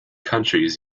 countries